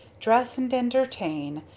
dress and entertain.